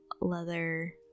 leather